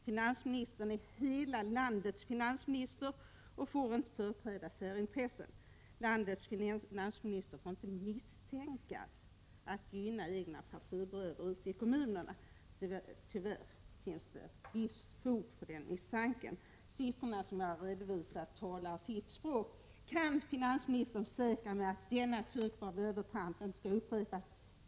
Finansministern är hela landets finansminister och får inte företräda särintressen. Landets finansminister får inte misstänkas för att gynna egna partibröder ute i kommunerna. Tyvärr finns det ett visst fog för den misstanken. De siffror som jag redovisar talar sitt eget språk. Kan finansministern försäkra mig att denna typ av övertramp inte skall upprepas?